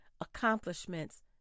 accomplishments